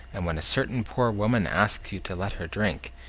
and when a certain poor woman asks you to let her drink,